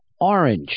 orange